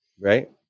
Right